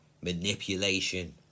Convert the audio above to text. Manipulation